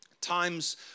times